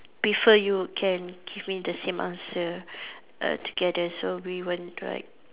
prefer you can give me the same answer err together so we won't right